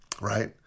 right